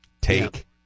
Take